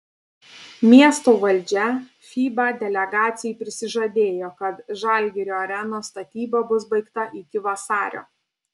miesto valdžia fiba delegacijai prisižadėjo kad žalgirio arenos statyba bus baigta iki vasario